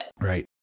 Right